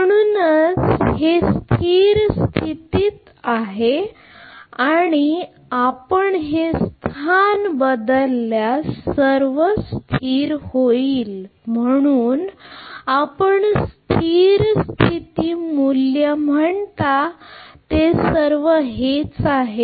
म्हणूनच हे स्थिर स्थिती आहे आणि आपण हे स्थान बदलल्यास हे सर्व स्थिर होईल म्हणून आपण स्थिर स्थिती मूल्य म्हणता ते सर्व हेच आहेत